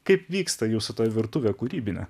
kaip vyksta jūsų ta virtuvė kūrybinė